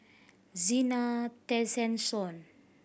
Zena Tessensohn